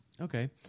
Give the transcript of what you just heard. Okay